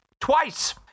twice